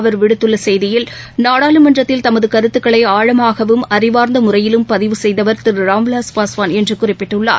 அவர் விடுத்துள்ள செய்தியில் நாடாளுமன்றத்தில் தமது கருத்துக்களை ஆழமாகவும் அறிவார்ந்த முறையிலும் பதிவு செய்தவர் திரு ராம்விலாஸ் பாஸ்வான் என்று குறிப்பிட்டுள்ளார்